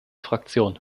fraktion